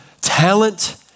talent